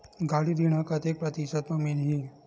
गाड़ी ऋण ह कतेक प्रतिशत म मिलही?